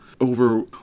over